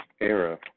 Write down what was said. era